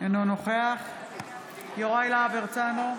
אינו נוכח יוראי להב הרצנו,